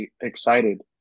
excited